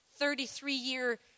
33-year